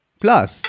plus